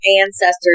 ancestors